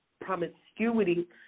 promiscuity